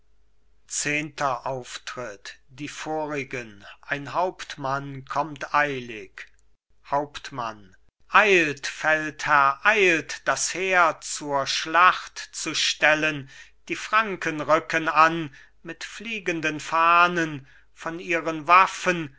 zehnter auftritt die vorigen ein hauptmann kommt eilig hauptmann eilt feldherr eilt das heer zur schlacht zu stellen die franken rücken an mit fliegenden fahnen von ihren waffen